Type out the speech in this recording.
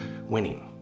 winning